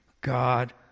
God